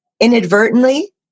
inadvertently